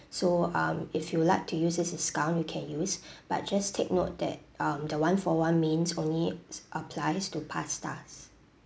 so um if you would like to use this discount you can use but just take note that um the one for one mains only applies to pastas